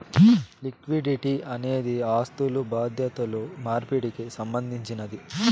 liquidity అనేది ఆస్థులు బాధ్యతలు మార్పిడికి సంబంధించినది